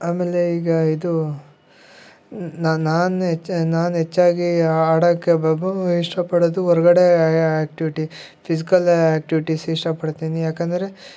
ಆಮೇಲೆ ಈಗ ಇದು ನಾನು ಹೆಚ್ಚಾಗಿ ಆಡಕ್ಕೆ ಇಷ್ಟಪಡೋದು ಹೊರ್ಗಡೆ ಎಕ್ಟಿವಿಟಿ ಫಿಸಿಕಲ್ ಆ್ಯಕ್ಟಿವಿಟೀಸ್ ಇಷ್ಟಪಡ್ತೀನಿ ಯಾಕಂದರೆ